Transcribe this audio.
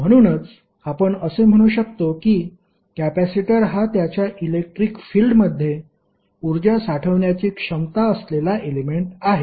म्हणूनच आपण असे म्हणू शकतो की कॅपेसिटर हा त्याच्या इलेक्ट्रिक फिल्डमध्ये ऊर्जा साठवण्याची क्षमता असलेला एलेमेंट आहे